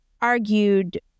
argued